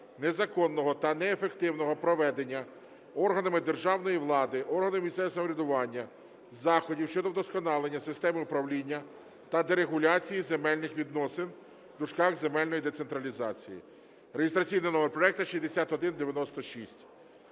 незаконного та неефективного проведення органами державної влади, органами місцевого самоврядування заходів щодо вдосконалення системи управління та дерегуляції земельних відносин (земельної децентралізації) (реєстраційний номер проекту 6196).